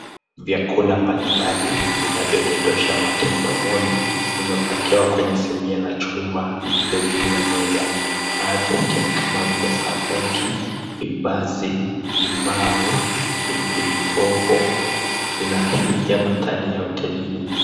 Vyakula mbalimbali vinavyodondosha mate mdomoni vimepakiwa kwenye sinia la chuma lililo juu ya meza. Baadhi yake ni kama vile samaki, vibanzi, limau, pilipili hoho zinaashiria maandhari ya hotelini.